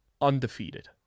undefeated